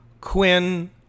Quinn